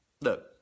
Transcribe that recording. look